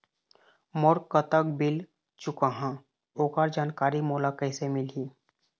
मोर कतक बिल चुकाहां ओकर जानकारी मोला कैसे मिलही?